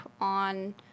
on